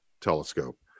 telescope